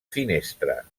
finestra